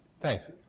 thanks